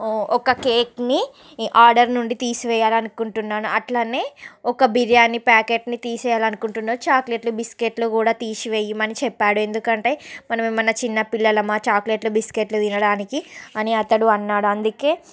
ఒక కేక్ని ఆర్డర్ నుండి తీసివేయాలి అనుకుంటున్నాను అట్లనే ఒక బిర్యానీ ప్యాకెట్ని తీసేయాలని అనుకుంటున్నాను చాక్లెట్లు బిస్కెట్లు కూడా తీసివేయమని చెప్పాడు ఎందుకంటే మనం ఏమన్నా చిన్నపిల్లలమా చాక్లెట్లు బిస్కెట్లు తినడానికి అని అతడు అన్నాడు అందుకే